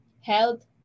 health